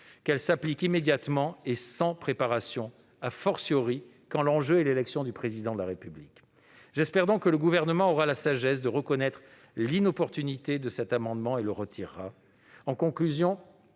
qu'elle doive s'appliquer immédiatement et sans préparation, quand l'enjeu est l'élection du Président de la République. J'espère donc que le Gouvernement aura la sagesse de reconnaître l'inopportunité de cet amendement et le retirera.